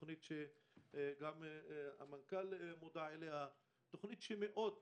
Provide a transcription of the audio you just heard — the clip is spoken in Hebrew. תוכנית שגם המנכ"ל מודע אליה, תוכנית שמאות